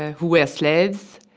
ah who were slaves.